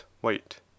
WHITE